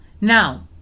Now